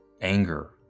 anger